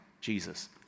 Jesus